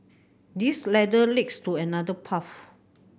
this ladder leads to another path